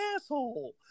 asshole